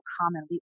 common